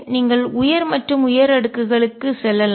நீங்கள் உயர் மற்றும் உயர் அடுக்கு களுக்கு செல்லலாம்